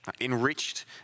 enriched